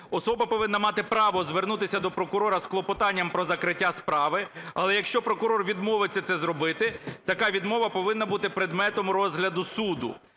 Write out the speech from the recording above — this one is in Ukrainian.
особа повинна мати право звернутися до прокурора з клопотанням про закриття справи. Але якщо прокурор відмовиться це зробити, така відмова повинна бути предметом розгляду суду.